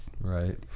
Right